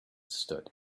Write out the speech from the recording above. stood